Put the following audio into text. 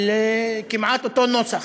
על כמעט אותו נוסח.